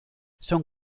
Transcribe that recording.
son